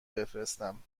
بفرستم